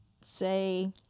say